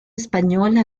española